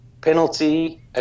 penalty